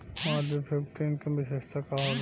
Malviya fifteen के विशेषता का होला?